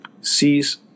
sees